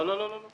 לא, לא.